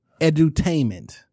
Edutainment